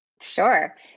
Sure